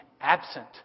absent